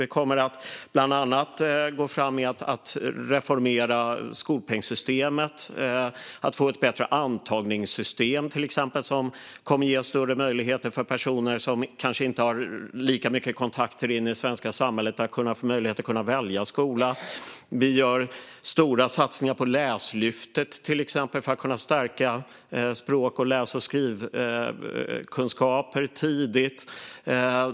Vi kommer bland annat att gå fram med att reformera skolpengssystemet och att få ett bättre antagningssystem som kommer att ge större möjligheter att välja skola för personer som kanske inte har så mycket kontakter i det svenska samhället. Vi gör stora satsningar på Läslyftet för att stärka språk, läs och skrivkunskaper tidigt.